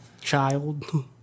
child